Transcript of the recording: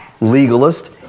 legalist